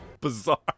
bizarre